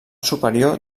superior